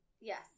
Yes